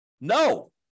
No